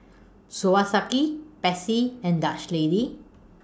Swarovski Pepsi and Dutch Lady